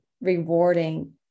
rewarding